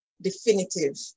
definitive